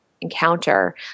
encounter